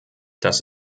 das